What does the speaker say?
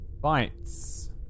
Bites